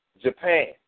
Japan